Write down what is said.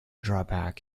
drawback